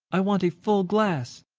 i want a full glass.